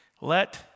let